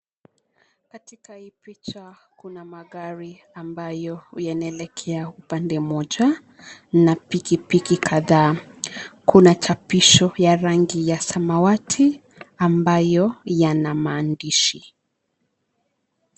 Katika hii picha kuna magari ambayo yanaelekea upande mmoja na pikipiki kadhaa. Kuna chapisho ya rangi ya samawati ambayo yana maandishi.